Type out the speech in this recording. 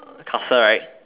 castle right